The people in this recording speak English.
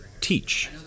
teach